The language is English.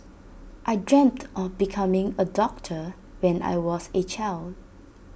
I dreamt of becoming A doctor when I was A child